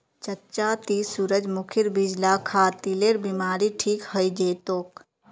चच्चा ती सूरजमुखीर बीज ला खा, दिलेर बीमारी ठीक हइ जै तोक